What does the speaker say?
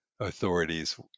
authorities